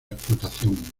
explotación